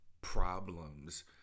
problems